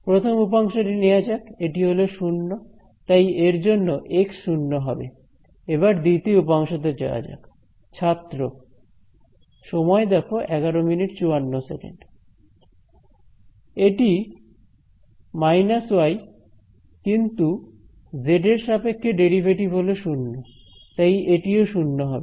প্রথম উপাংশ টি নেয়া যাক এটি হলো শুন্য তাই এর জন্য এক্স শূন্য হবে এবার দ্বিতীয় উপাংশ তে যাওয়া যাক ছাত্র সময় দেখো 1154 এটি মাইনাস ওয়াই কিন্তু জেড এর সাপেক্ষে ডেরিভেটিভ হলো শূন্য তাই এটিও শূন্য হবে